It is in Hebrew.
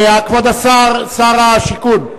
כבוד שר השיכון.